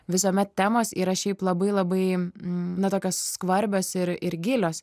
visuomet temos yra šiaip labai labai tokios skvarbios ir ir gilios